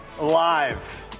live